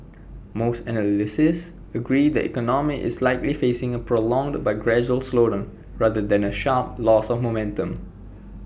most analysts agree the economy is likely facing A prolonged but gradual slowdown rather than A sharp loss of momentum